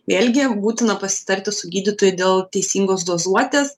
vėlgi būtina pasitarti su gydytoju dėl teisingos dozuotės